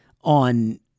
on